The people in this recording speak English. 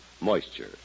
moisture